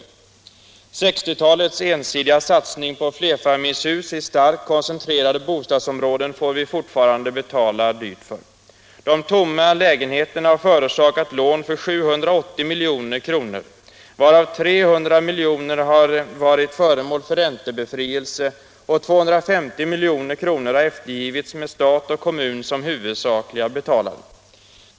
1960 talets ensidiga satsning på flerfamiljshus i starkt koncentrerade bostadsområden får vi fortfarande betala dyrt för. De tomma lägenheterna har förorsakat lån för 780 milj.kr., varav 300 milj. har varit föremål för räntebefrielse och 250 milj. har eftergivits med stat och kommun som huvudsakliga betalare.